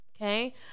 okay